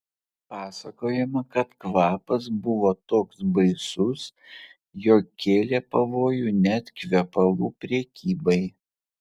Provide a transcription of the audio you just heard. pasakojama kad kvapas buvo toks baisus jog kėlė pavojų net kvepalų prekybai